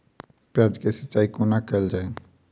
प्याज केँ सिचाई कोना कैल जाए?